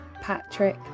Patrick